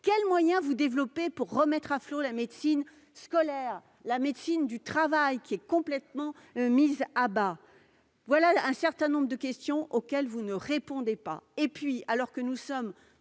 Quels moyens développez-vous pour remettre à flot la médecine scolaire, ou la médecine du travail, qui est complètement mise à bas ? Voilà un certain nombre de questions auxquelles vous ne répondez pas ! Alors que nous sommes